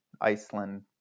Iceland